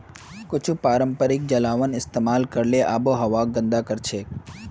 कुछू पारंपरिक जलावन इस्तेमाल करले आबोहवाक गंदा करछेक